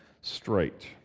straight